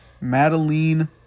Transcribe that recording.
Madeline